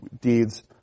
deeds